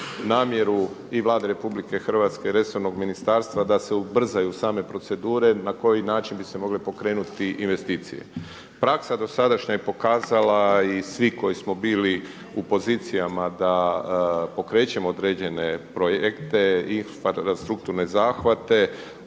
namjeru i Vlade RH i resornog ministarstva da se ubrzaju same procedure na koji način bi se mogle pokrenuti investicije. Praksa dosadašnja je pokazala i svi koji smo bili u pozicijama da pokrećemo određene projekte, infrastrukturne zahvate,